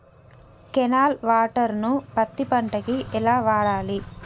Canal water ను పత్తి పంట కి ఎలా వాడాలి?